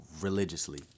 religiously